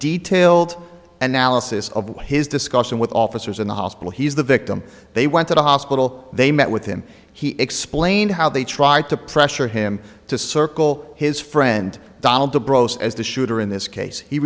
detailed analysis of why his discussion with officers in the hospital he's the victim they went to the hospital they met with him he explained how they tried to pressure him to circle his friend donald dobro so as the shooter in this case he